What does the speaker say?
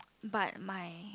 but my